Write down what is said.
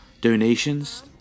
donations